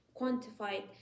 quantified